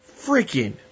freaking